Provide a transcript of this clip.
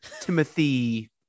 Timothy